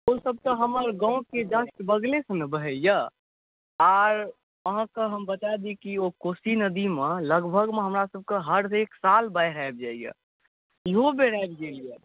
ओसभ तऽ हमर गामके जस्ट बगलेसँ ने बहैए आओर अहाँकेँ हम बता दी कि ओ कोशी नदीमे लगभगमे हमरासभके हरेक साल बाढ़ि आबि जाइए इहो बेर आबि गेल यए